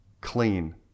Clean